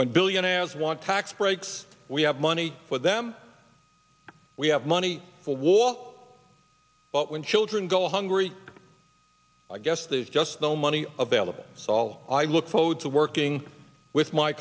when billionaires want tax breaks we have money for them we have money for war but when children go hungry i guess there's just no money available so all i look forward to working with my